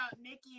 Nikki